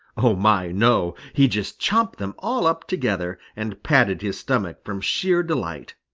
oh, my, no! he just chomped them all up together and patted his stomach from sheer delight.